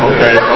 Okay